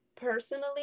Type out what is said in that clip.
personally